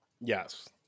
Yes